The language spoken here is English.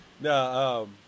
No